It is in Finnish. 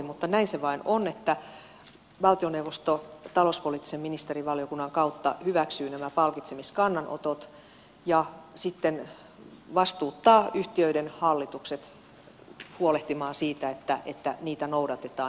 mutta näin se vain on että valtioneuvosto talouspoliittisen ministerivaliokunnan kautta hyväksyy nämä palkitsemiskannanotot ja sitten vastuuttaa yhtiöiden hallitukset huolehtimaan siitä että niitä noudatetaan